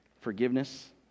forgiveness